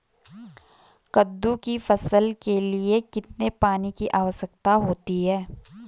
कद्दू की फसल के लिए कितने पानी की आवश्यकता होती है?